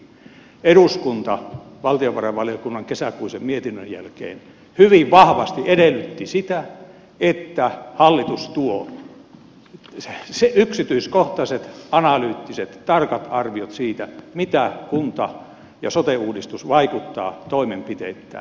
eduskunta valtiovarainvaliokunnan kesäkuisen mietinnön jälkeen hyvin vahvasti edellytti sitä että hallitus tuo yksityiskohtaiset analyyttiset tarkat arviot siitä mitä kunta ja sote uudistus vaikuttaa toimenpiteittäin